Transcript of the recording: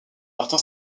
martin